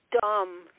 dumb